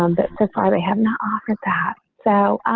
um that surprise i have not offered that. so,